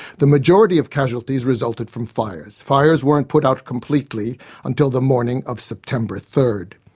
the majority of casualties resulted from fires. fires weren't put out completely until the morning of september third.